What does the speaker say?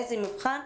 איזה מבחן,